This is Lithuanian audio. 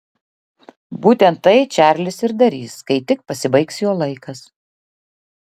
būtent tai čarlis ir darys kai tik pasibaigs jo laikas